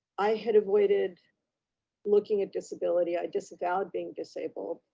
i had avoided looking at disability. i disavowed being disabled,